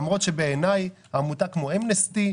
למרות שבעיניי עמותה כמו אמנסטי,